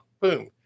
Boom